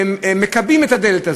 שהם מקבעים את הדלת הזו.